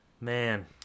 Man